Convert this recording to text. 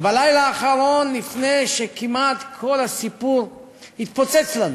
ובלילה האחרון, לפני שכמעט כל הסיפור התפוצץ לנו,